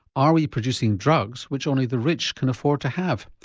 are we producing drugs which only the rich can afford to have?